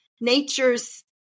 nature's